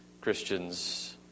Christians